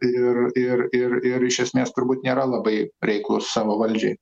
ir ir ir ir iš esmės turbūt nėra labai reiklūs savo valdžiai